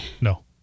no